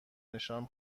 نشان